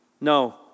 No